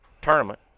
tournament